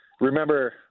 remember